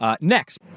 next